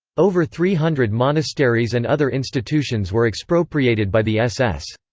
over three hundred monasteries and other institutions were expropriated by the ss.